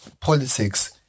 politics